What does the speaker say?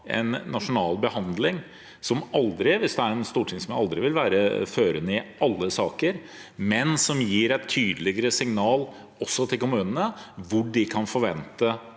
en nasjonal behandling. Det vil aldri være førende i alle saker, men vil gi et tydeligere signal også til kommunene om hvor de kan forvente